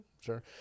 sure